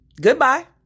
goodbye